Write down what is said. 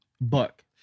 Buck